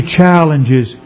challenges